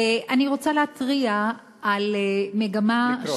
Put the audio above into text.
אני רוצה להתריע על מגמה, לקרוא.